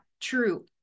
true